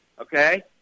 okay